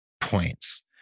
points